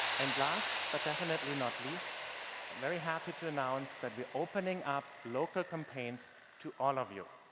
and last, but definitely not least, i'm very happy to announce that we're opening up local campaigns to all of you.